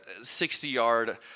60-yard